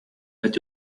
that